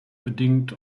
bedingt